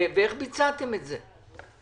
ואיך ביצעתם את זה?